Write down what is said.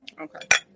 Okay